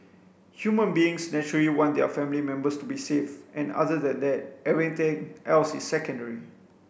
human beings naturally want their family members to be safe and other than that everything else is secondary